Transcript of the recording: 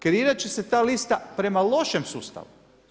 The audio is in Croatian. Kreirati će se ta lista prema lošem sustavu.